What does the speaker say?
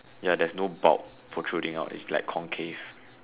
ya there's no bulb protruding out it's like concave